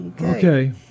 Okay